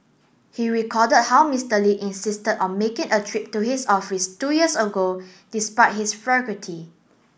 he recall how Mister Lee insisted on making a trip to his office two years ago despite his